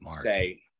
say